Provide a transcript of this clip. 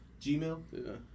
Gmail